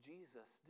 Jesus